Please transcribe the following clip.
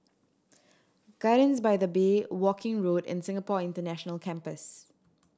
gardens by the Bay Woking Road and Singapore International Campus